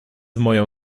moją